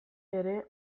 ere